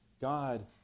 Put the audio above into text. God